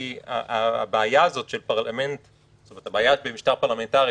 כי הבעיה במשטר פרלמנטרי,